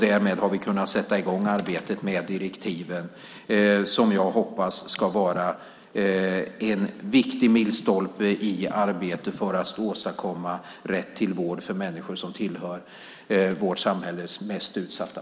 Därmed har vi kunnat sätta i gång arbetet med direktiven som jag hoppas ska vara en viktig milstolpe i arbetet för att åstadkomma rätt till vård för människor som tillhör vårt samhälles mest utsatta.